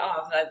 off